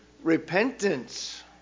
repentance